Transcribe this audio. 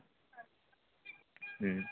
ᱦᱩᱸ